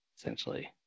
essentially